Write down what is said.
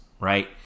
Right